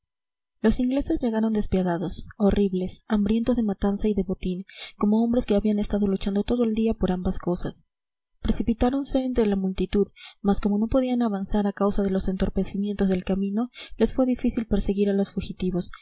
los ingleses llegaron despiadados horribles hambrientos de matanza y de botín como hombres que habían estado luchando todo el día por ambas cosas precipitáronse entre la multitud mas como no podían avanzar a causa de los entorpecimientos del camino les fue difícil perseguir a los fugitivos